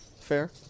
fair